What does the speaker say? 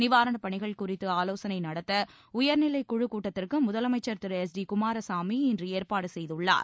நிவாரணப்பணிகள் குறித்து ஆலோசனை நடத்த உயர்நிலைக் குழுக் கூட்டத்திற்கு முதலமைச்சர் திரு ஹெச் டி குமாரசாமி இன்று ஏற்பாடு செய்துள்ளார்